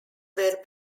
were